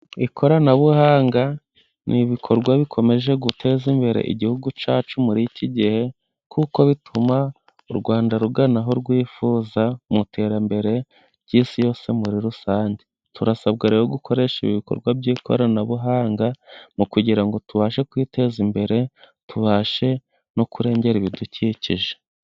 Ikoranabuhanga ni ibikorwa bikomeje guteza imbere igihugu cyacu muri iki gihe, kuko bituma u Rwanda rugana aho rwifuza mu iterambere ry'isi yose muri rusange. Turasabwa rero gukoresha ibikorwa by'ikoranabuhanga kugira ngo tubashe kwiteza imbere, tubashe no kurengera ibidukikije.